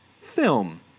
Film